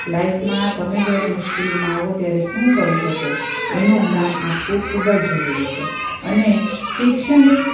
લાઈફમાં તમે જ્યારે મુશ્કેલીમાં આવો ત્યારે શું કરી શકો એનું જ્ઞાન આપવું ખૂબ જ જરૂરી છે અને શૈક્ષણિક